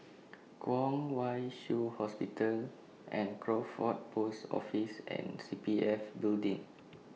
Kwong Wai Shiu Hospital Crawford Post Office and C P F Building